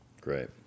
Great